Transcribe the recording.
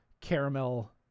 caramel